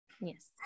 Yes